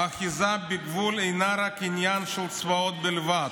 "האחיזה בגבול אינה רק עניין של צבאות בלבד.